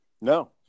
No